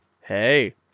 hey